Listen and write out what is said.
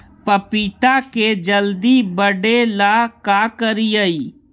पपिता के जल्दी बढ़े ल का करिअई?